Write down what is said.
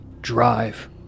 drive